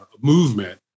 movement